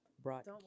brought